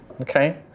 Okay